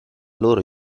loro